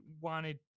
wanted